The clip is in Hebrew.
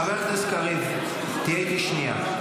חבר הכנסת קריב, תהיה איתי שנייה.